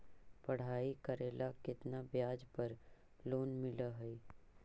पढाई करेला केतना ब्याज पर लोन मिल हइ?